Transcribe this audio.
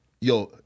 Yo